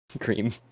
cream